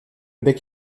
bec